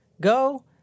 go